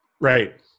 Right